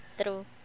True